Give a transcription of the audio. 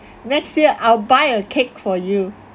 next year I'll buy a cake for you